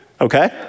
Okay